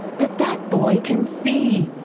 that that boy can see.